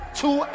two